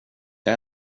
jag